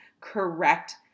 correct